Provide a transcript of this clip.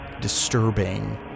disturbing